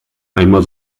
einmal